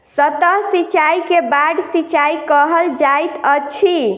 सतह सिचाई के बाढ़ सिचाई कहल जाइत अछि